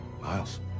Miles